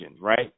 right